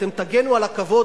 אתם תגנו על הכבוד,